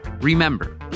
Remember